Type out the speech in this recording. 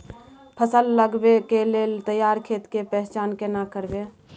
फसल लगबै के लेल तैयार खेत के पहचान केना करबै?